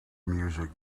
music